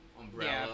umbrella